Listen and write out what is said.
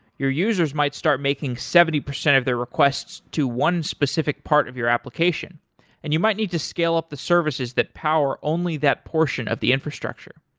your users might start making seventy percent of the requests to one specific part of your application and you might need to scale up the services that power only that portion of the infrastructure.